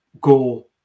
go